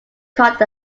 caught